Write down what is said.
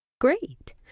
Great